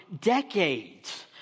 decades